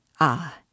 Ah